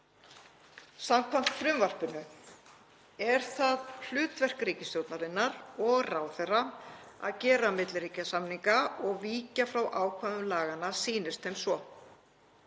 Samkvæmt frumvarpinu er það hlutverk ríkisstjórnar og ráðherra að gera milliríkjasamninga og víkja frá ákvæðum laganna sýnist þeim svo.